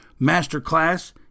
masterclass